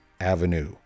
Avenue